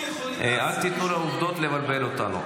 אל תיתנו לעובדות לבלבל אותנו.